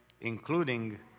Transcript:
including